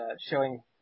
showing